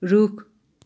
रुख